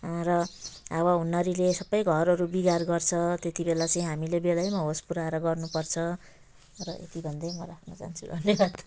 र हावा हुण्डरीले सबै घरहरू बिगार गर्छ त्यति बेला चाहिँ हामीले बेलामा होस पुऱ्याएर गर्नु पर्छ र यति भन्दै म राख्न चाहन्छु धन्यवाद